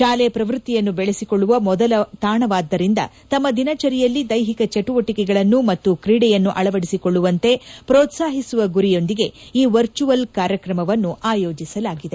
ಶಾಲೆ ಪ್ರವೃತ್ತಿಯನ್ನು ಬೆಳೆಸಿಕೊಳ್ಳುವ ಮೊದಲ ತಾಣವಾದ್ದರಿಂದ ತಮ್ಮ ದಿನಚರಿಯಲ್ಲಿ ದೈಹಿಕ ಚಟುವಟಿಕೆಗಳನ್ನು ಮತ್ತು ರೀಡೆಯನ್ನು ಅಳವಡಿಸಿಕೊಳ್ಳುವಂತೆ ಪ್ರೋತ್ಪಾಹಿಸುವ ಗುರಿಯೊಂದಿಗೆ ಈ ವರ್ಚುವಲ್ ಕಾರ್ಯಕೆಮವನ್ನು ಆಯೋಜಿಸಲಾಗಿತ್ತು